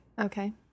Okay